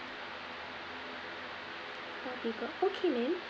okay got okay ma'am